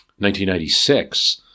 1996